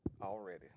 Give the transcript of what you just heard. already